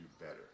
better